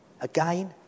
Again